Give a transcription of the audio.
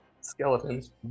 skeletons